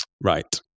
Right